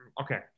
Okay